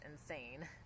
insane